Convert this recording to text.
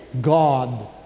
God